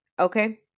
Okay